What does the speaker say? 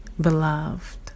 beloved